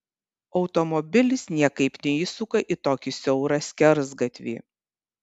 automobilis niekaip neįsuka į tokį siaurą skersgatvį